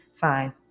fine